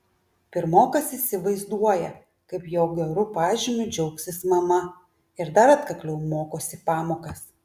pirmokas įsivaizduoja kaip jo geru pažymiu džiaugsis mama ir dar atkakliau mokosi pamokas